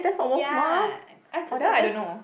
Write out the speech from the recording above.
ya I cause I just